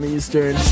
Eastern